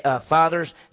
Fathers